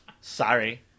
sorry